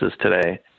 today